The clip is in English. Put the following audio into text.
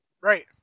Right